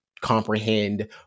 comprehend